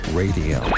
radio